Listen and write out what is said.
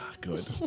Good